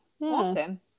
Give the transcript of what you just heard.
awesome